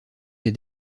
les